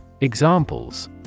Examples